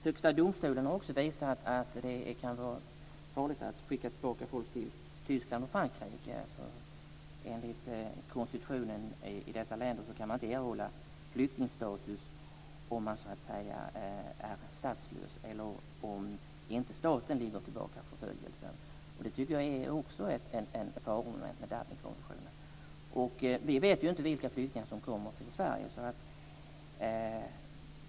Högsta domstolen har också visat att det kan vara farligt att skicka tillbaka folk till Tyskland och Frankrike. Enligt konstitutionen i dessa länder kan man inte erhålla flyktingstatus om man är statslös eller om inte staten ligger bakom förföljelsen. Det tycker jag också är ett faromoment med Dublinkonventionen. Vi vet ju inte vilka flyktingar som kommer till Sverige.